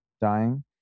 dying